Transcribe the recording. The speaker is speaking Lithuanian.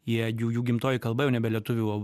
jie jų jų gimtoji kalba jau nebe lietuvių o